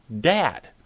dad